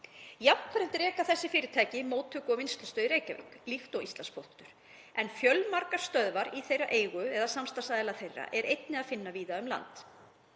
Jafnframt reka þessi fyrirtæki móttöku- og vinnslustöð í Reykjavík, líkt og Íslandspóstur, en fjölmargar stöðvar í þeirra eigu eða samstarfsaðila þeirra er einnig að finna víða um landið.